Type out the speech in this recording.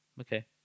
Okay